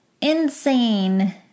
insane